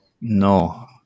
No